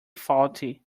faulty